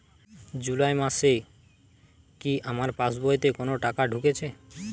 জুলাই মাসে কি আমার পাসবইতে কোনো টাকা ঢুকেছে?